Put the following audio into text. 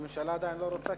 הממשלה עדיין לא רוצה,